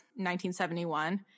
1971